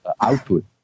output